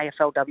AFLW